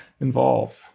involved